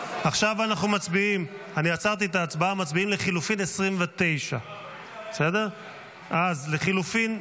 ועכשיו מצביעים על לחלופין 29. אז לחלופין,